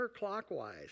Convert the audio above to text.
counterclockwise